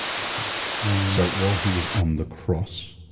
okay so while he was on the cross?